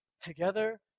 together